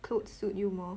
clothes suit you more